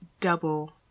double